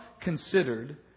considered